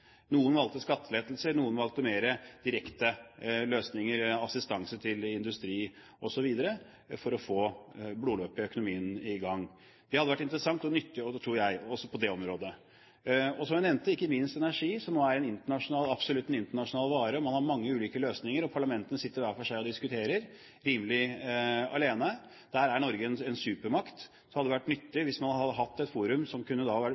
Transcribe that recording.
Noen valgte skattelettelser, noen valgte mer direkte løsninger – assistanse til industri osv. – for å få blodomløpet i økonomien i gang. Slik kontakt er interessant og nyttig, tror jeg, også på det området. Som jeg nevnte, er ikke minst energiformer nå absolutt en internasjonal vare, og man har mange ulike løsninger. Parlamentene sitter hver for seg og diskuterer – rimelig alene. Der er Norge en supermakt, så det hadde vært nyttig hvis man hadde hatt et forum som vekselvis kunne